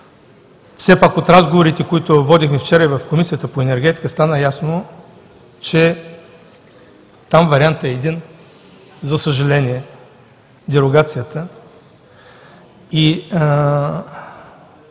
Все пак от разговорите, които водихме вчера и в Комисията по енергетика стана ясно, че там вариантът е един, за съжаление – дерогацията.